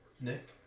Nick